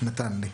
נתן לי.